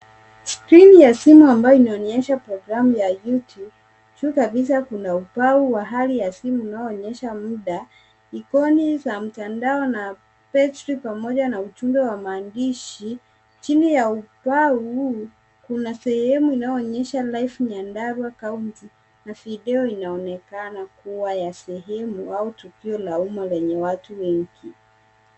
Skrini ya simu ambayo inaonyesha programu ya Youtube. Juu kabisa kuna ubao wa hali ya simu unaonyesha muda, ikoni za mtandao na battery pamoja na ujumbe wa maandishi. Chini ya ubao huu kuna sehemu inayoonyesha live Nyandarua County na video inaonekana kuwa ya sehemu au tukio la umma lenye watu wengi.